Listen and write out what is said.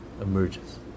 emerges